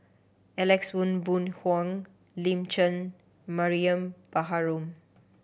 Alex Ong Boon Hau Lin Chen Mariam Baharom